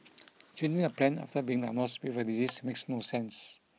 changing a plan after being diagnosed with a disease makes no sense